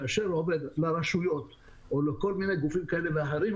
כאשר הוא עובר לרשויות או לכל מיני גופים כאלה ואחרים,